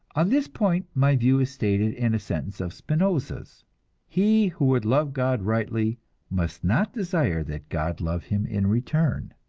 on this point my view is stated in a sentence of spinoza's he who would love god rightly must not desire that god love him in return.